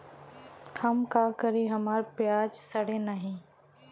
हम का करी हमार प्याज सड़ें नाही?